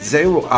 Zero